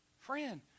Friend